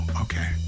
okay